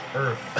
Earth